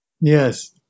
yes